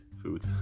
food